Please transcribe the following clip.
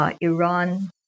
Iran